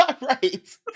right